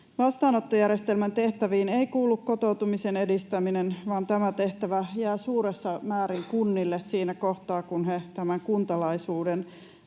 Vastaanottojärjestelmän tehtäviin ei kuulu kotoutumisen edistäminen, vaan tämä tehtävä jää suuressa määrin kunnille siinä kohtaa, kun he tämän kuntalaisuuden